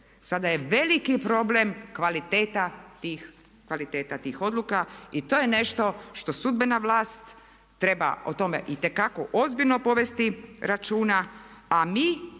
sada je veliki problem kvaliteta tih odluka. To je nešto što sudbena vlast treba o tome itekako povesti računa a mi